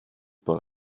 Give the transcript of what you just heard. par